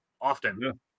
often